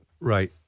Right